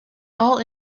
all